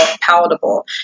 palatable